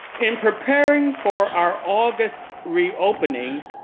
in preparing for our august reopening.